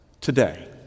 today